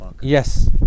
Yes